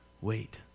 wait